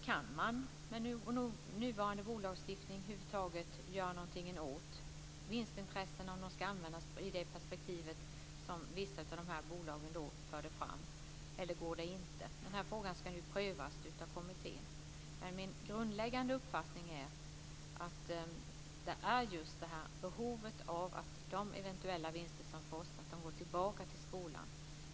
Kan man med nuvarande bolagslagstiftning över huvud taget göra någonting åt att vinsterna används i det perspektiv som vissa av de här bolagen förde fram eller går det inte? Den här frågan ska nu prövas av kommittén. Men min grundläggande uppfattning är att det finns ett behov av att de eventuella vinster som fås går tillbaka till skolan.